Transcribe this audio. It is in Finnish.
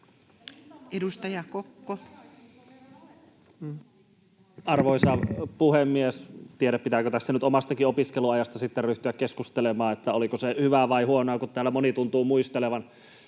Content: Arvoisa puhemies! Tiedä, pitääkö tässä nyt omastakin opiskeluajasta sitten ryhtyä keskustelemaan, että oliko se hyvää vai huonoa, kun täällä moni tuntuu muistelevan